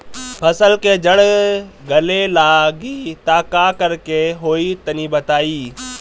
फसल के जड़ गले लागि त का करेके होई तनि बताई?